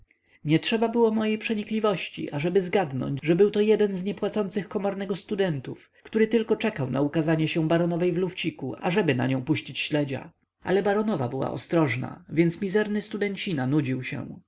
uśmiechem nietrzeba było mojej przenikliwości ażeby zgadnąć że był to jeden z niepłacących komornego studentów który tylko czekał na ukazanie się baronowej w lufciku ażeby na nią puścić śledzia ale baronowa była ostrożna więc mizerny studencina nudził się